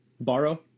borrow